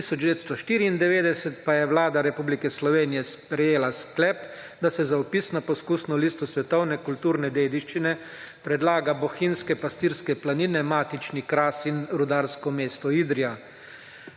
1994 pa je Vlada Republike Slovenije sprejela sklep, da se za vpisno poskusno listo svetovne kulturne dediščine predlaga Bohinjske pastirske planine, matični Kras in rudarsko mesto Idrija.